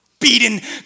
Beaten